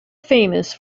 famous